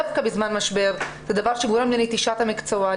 דווקא בזמן משבר זה דבר שגורם לנטישת המקצוע,